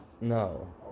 No